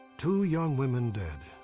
two young women dead.